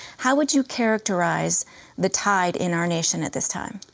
how would you characterize the tide in our nation at this time?